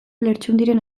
lertxundiren